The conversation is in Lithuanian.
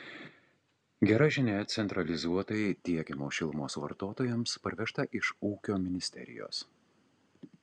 gera žinia centralizuotai tiekiamos šilumos vartotojams parvežta iš ūkio ministerijos